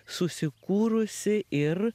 susikūrusi ir